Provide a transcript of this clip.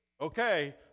okay